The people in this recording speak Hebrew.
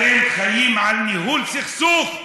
אתם חיים על ניהול סכסוך,